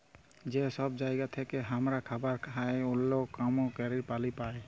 যে সব জায়গা থেক্যে হামরা খাবার আর ওল্য কাম ক্যরের পালি পাই